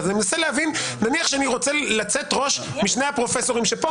נניח שאני רוצה לצאת ראש משני הפרופסורים שפה,